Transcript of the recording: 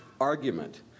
argument